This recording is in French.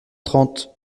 trente